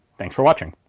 thanks for watching.